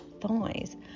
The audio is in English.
thighs